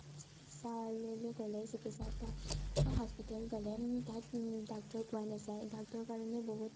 চিকিৎসালয়লৈ গ'লে চিকিৎসা তাত হস্পিতেল গ'লে তাত ডাক্তৰ পোৱা নাযায় ডাক্তৰৰ কাৰণে বহুত